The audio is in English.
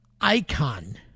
icon